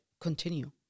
continue